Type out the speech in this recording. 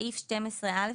בסעיף 12(א),